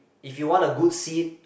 if you want a good seat